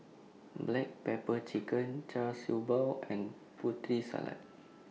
Black Pepper Chicken Char Siew Bao and Putri Salad